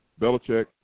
Belichick